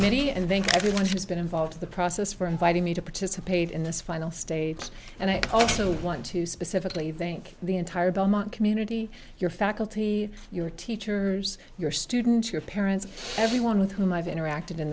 many and thank everyone who's been involved in the process for inviting me to participate in this final states and i also want to specifically think the entire belmont community your faculty your teachers your students your parents everyone with whom i've interacted in